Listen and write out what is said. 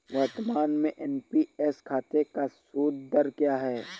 वर्तमान में एन.पी.एस खाते का सूद दर क्या है?